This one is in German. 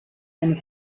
eine